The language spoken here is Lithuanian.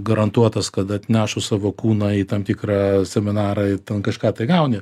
garantuotas kad atnešus savo kūną į tam tikrą seminarą ir ten kažką tai gauni